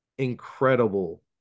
incredible